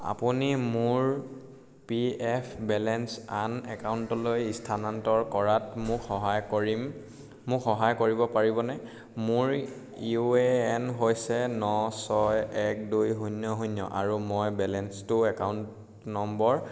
আপুনি মোৰ P F balance আন একাউণ্টলৈ স্থানান্তৰ কৰাত মোক সহায় কৰিম মোক সহায় কৰিব পাৰিবনে মোৰ ইউ এ এন হৈছে ন ছয় এক দুই শূন্য শূন্য আৰু মই বেলেন্সটো একাউণ্ট নম্বৰ